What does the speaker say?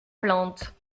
plante